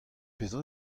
petra